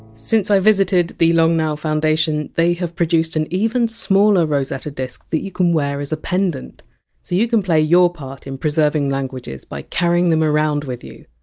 since i visited the long now foundation, they have produced an even smaller rosetta disk that you can wear as a pedant. so you can play your part in preserving languages by carrying them around with you.